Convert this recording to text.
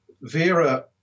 Vera